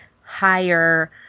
higher